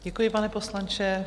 Děkuji, pane poslanče.